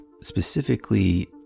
specifically